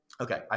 Okay